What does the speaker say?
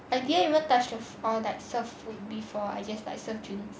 I didn't even touch the f~ before like serve food before I serve drinks